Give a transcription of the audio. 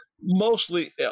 mostly